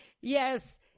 Yes